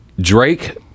Drake